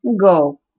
go